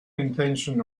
intention